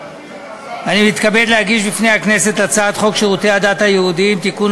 אני מתכבד להגיש בפני הכנסת את הצעת חוק שירותי הדת היהודיים (תיקון,